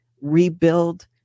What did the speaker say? rebuild